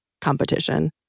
competition